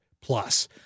Plus